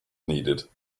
needed